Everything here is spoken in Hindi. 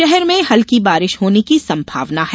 शहर में हल्की बारिश होने की संभावना है